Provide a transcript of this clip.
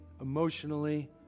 emotionally